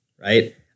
right